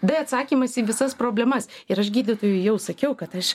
d atsakymas į visas problemas ir aš gydytojui jau sakiau kad aš